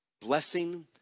blessing